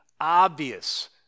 obvious